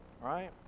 right